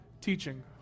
teaching